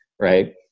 right